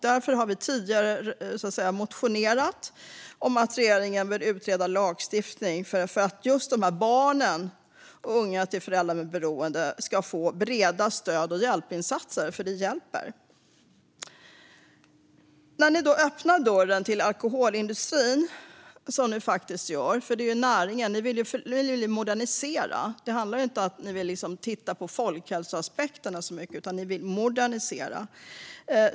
Därför har vi tidigare motionerat om att regeringen bör utreda lagstiftning för att barn till föräldrar med beroende ska få breda stöd och hjälpinsatser, för det hjälper. Ni öppnar dörren till alkoholindustrin. Det är faktiskt det ni gör; det handlar ju om näringen. Ni vill modernisera. Det handlar inte så mycket om att ni vill titta på folkhälsoaspekterna, utan ni vill modernisera.